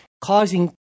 causing